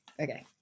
okay